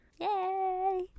Yay